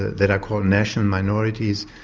that are called national minorities,